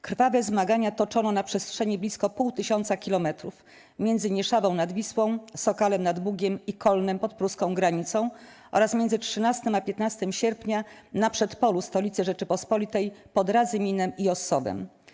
Krwawe zmagania toczono na przestrzeni blisko pół tysiąca kilometrów: między Nieszawą nad Wisłą, Sokalem nad Bugiem i Kolnem pod pruską granicą oraz, między 13 a 15 sierpnia, na przedpolu stolicy Rzeczypospolitej - pod Radzyminem i Ossowem.